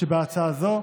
שבהצעה זו.